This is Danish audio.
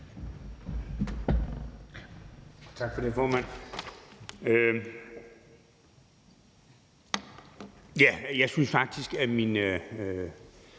Tak for det, formand. Jeg synes faktisk, at min